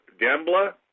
Dembla